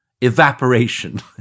evaporation